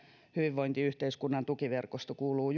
hyvinvointiyhteiskunnan tukiverkosto kuuluu